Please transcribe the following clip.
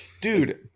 Dude